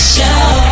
Show